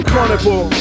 Carnival